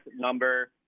number